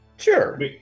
Sure